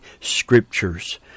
Scriptures